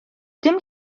dim